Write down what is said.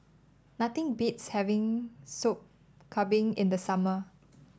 nothing beats having Sop Kambing in the summer